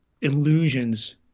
illusions